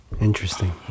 interesting